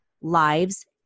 lives